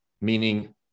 meaning